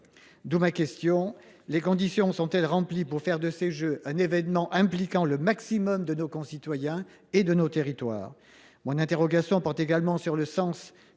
D’où ma question : les conditions sont elles remplies pour faire de ces Jeux un événement impliquant le maximum de nos concitoyens et de nos territoires ? Mon interrogation porte également sur le sens